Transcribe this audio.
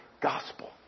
gospel